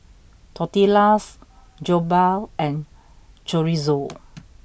Tortillas Jokbal and Chorizo